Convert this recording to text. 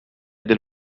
del